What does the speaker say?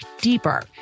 deeper